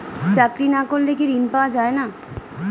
চাকরি না করলে কি ঋণ পাওয়া যায় না?